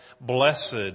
Blessed